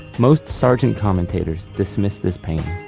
most sargent commentators dismiss this painting.